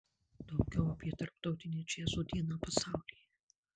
daugiau apie tarptautinę džiazo dieną pasaulyje